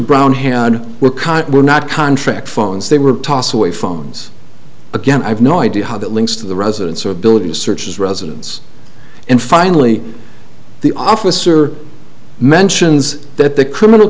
brown had we were not contract phones they were toss away phones again i have no idea how that links to the residence or ability searches residence and finally the officer mentions that the criminal